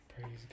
praise